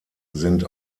sind